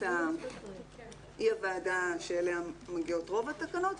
היא הוועדה שאליה מגיעות רוב התקנות,